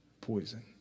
poison